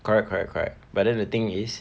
correct correct correct but then the thing is